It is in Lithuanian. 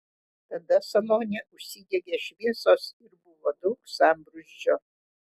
tada salone užsidegė šviesos ir buvo daug sambrūzdžio